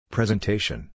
Presentation